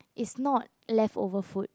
it's not left over food